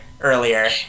earlier